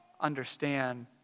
understand